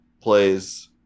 plays